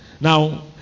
Now